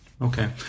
Okay